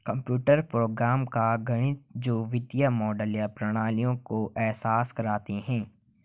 computer program का गणित जो वित्तीय मॉडल या प्रणालियों का एहसास करते हैं